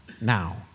now